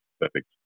Perfect